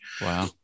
wow